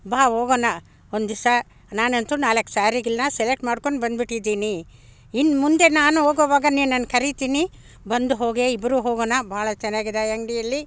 ಬಾ ಹೋಗೋಣ ಒಂದಿವ್ಸ ನಾನಂತೂ ನಾಲ್ಕು ಸ್ಯಾರಿಗಳನ್ನ ಸೆಲೆಕ್ಟ್ ಮಾಡಿಕೊಂಡು ಬಂದ್ಬಿಟ್ಟಿದ್ದೀನಿ ಇನ್ನು ಮುಂದೆ ನಾನು ಹೋಗೋವಾಗ ನಿನ್ನನ್ನ ಕರೀತೀನಿ ಬಂದು ಹೋಗೆ ಇಬ್ಬರೂ ಹೋಗೋಣ ಭಾಳ ಚೆನ್ನಾಗಿದೆ ಆ ಅಂಗಡಿಯಲ್ಲಿ